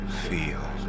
feel